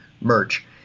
merch